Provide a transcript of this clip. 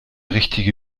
richtige